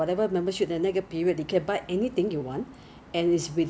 这种东西很肮脏的你回家要自己洗的 because you don't know what they do in China also what